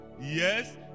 Yes